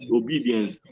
obedience